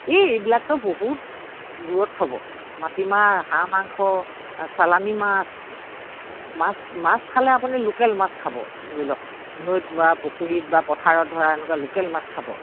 এই এইবিলাকতো বহুত দূৰত থ'ব মাটিমাহ হাঁহ মাংস চালানী মাছ মাছ মাছ খালে আপুনি লোকেল মাছ খাব ধৰি লওক নৈত বা পুখুৰীত বা পথাৰত ধৰা এনেকুৱা লোকেল মাছ খাব